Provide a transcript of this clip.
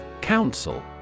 Council